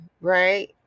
right